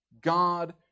God